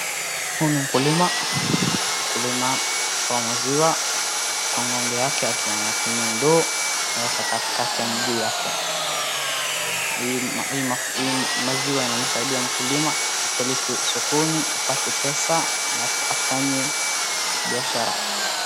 Huyu ni mkulima, mkulima anatoa maziwa kwa ng'ombe yake akiwa anatumia ndoo katikati ya miguu yake. Maziwa yanammsaidia mkulima apeleke sokoni apate pesa na afanye biashara.